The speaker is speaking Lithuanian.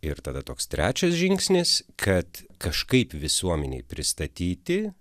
ir tada toks trečias žingsnis kad kažkaip visuomenei pristatyti